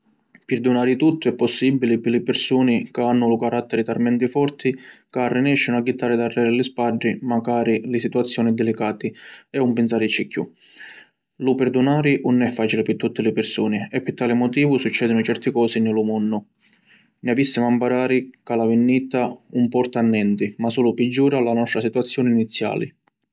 Pirdunari tuttu è possibili pi li pirsuni ca hannu lu caratteri talmenti forti ca arrinescinu a jittari darreri li spaddi macari li situazioni dilicati e 'un pinsarici chiù. Lu pirdunari ‘un è facili pi tutti li pirsuni e pi tali motivu succedinu certi cosi ni lu munnu. Ni avissimu a mparari ca la vinnitta ‘un porta a nenti ma sulu piggiura la nostra situazioni iniziali.